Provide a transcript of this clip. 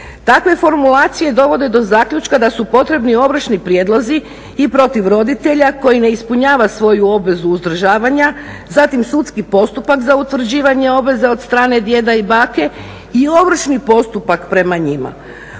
Takve formulacije dovode do zaključka da su potrebni ovršni prijedlozi i protiv roditelja koji ne ispunjava svoju obvezu uzdržavanja, zatim sudski postupak za utvrđivanje obveze od strane djeda i bake i ovršni postupak prema njima